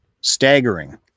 staggering